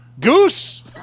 goose